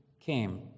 came